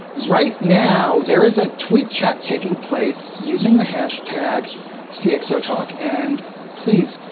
right now, there is a tweet chat taking place using the hashtag cxotalk. and please,